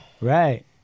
right